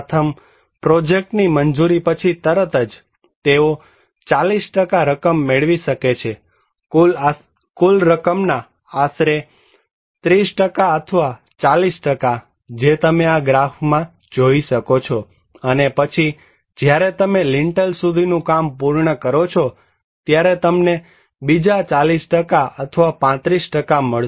પ્રથમ પ્રોજેક્ટની મંજૂરી પછી તરત જ તેઓ 40 રકમ મેળવી શકે છે કુલ રકમના આશરે 30 અથવા 40 જે તમે આ ગ્રાફમાં જોઈ શકો છો અને પછી જ્યારે તમે લિંટલ સુધીનું કામ પૂર્ણ કરો છો ત્યારે તમને બીજા 40 અથવા 35 મળશે